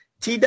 TW